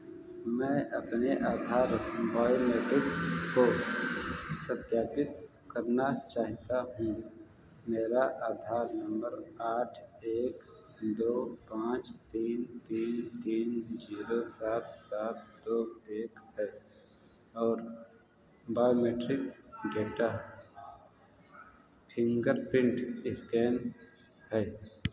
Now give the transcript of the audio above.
मैं अपने आधार बायोमेट्रिक्स को सत्यापित करना चाहेता हूँ मेरा आधार नम्बर आठ एक दो पाँच तीन तीन तीन जीरो सात सात दो एक है और बायोमेट्रिक डेटा फिंगरप्रिन्ट इस्कैन है